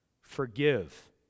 forgive